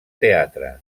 teatre